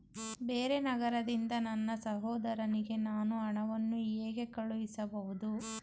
ಬೇರೆ ನಗರದಿಂದ ನನ್ನ ಸಹೋದರಿಗೆ ನಾನು ಹಣವನ್ನು ಹೇಗೆ ಕಳುಹಿಸಬಹುದು?